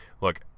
look